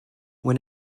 when